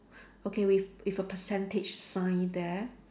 okay with with a percentage sign there